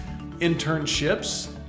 internships